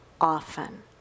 often